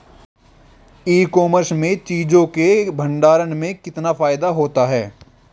ई commerce में चीज़ों के भंडारण में कितना फायदा होता है?